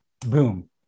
boom